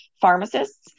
pharmacists